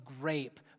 grape